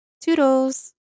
Toodles